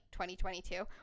2022